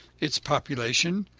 its population,